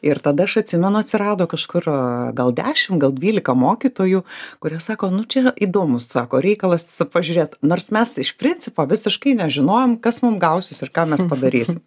ir tada aš atsimenu atsirado kažkur gal dešim gal dvylika mokytojų kurie sako nu čia įdomus sako reikalas su pažiūrėt nors mes iš principo visiškai nežinojom kas mum gausis ir ką mes padarysim